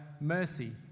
mercy